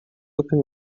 open